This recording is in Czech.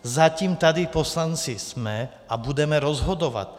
Zatím tady poslanci jsme a budeme rozhodovat.